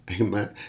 Amen